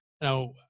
Now